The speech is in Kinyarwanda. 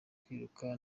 kwiruka